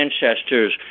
ancestors